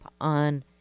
on